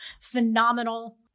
phenomenal